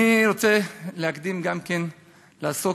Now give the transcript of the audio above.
גם אני רוצה להקדים ולעסוק,